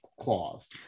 clause